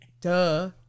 Duh